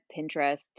pinterest